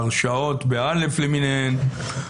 ההרשאות למיניהן,